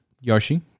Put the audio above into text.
Yoshi